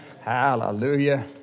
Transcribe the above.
Hallelujah